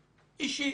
אישי,